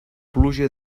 pluja